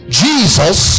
jesus